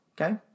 okay